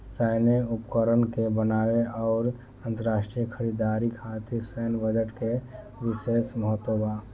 सैन्य उपकरण के बनावे आउर अंतरराष्ट्रीय खरीदारी खातिर सैन्य बजट के बिशेस महत्व बा